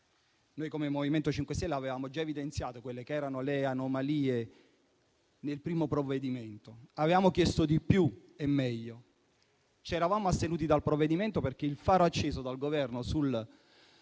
Noi, come MoVimento 5 Stelle, avevamo già evidenziato quelle che erano le anomalie nel primo provvedimento e avevamo chiesto di più e meglio. Ci eravamo allora astenuti dal voto sul provvedimento, perché il faro acceso dal Governo su